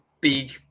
big